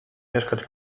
mieszkać